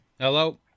hello